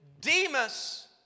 Demas